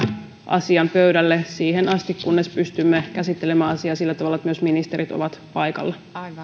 asian pöydälle siihen asti kunnes pystymme käsittelemään asian sillä tavalla että myös ministerit ovat paikalla